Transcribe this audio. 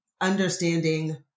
understanding